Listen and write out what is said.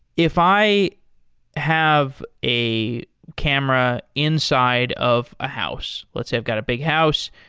if i have a camera inside of a house, let's have got a big house.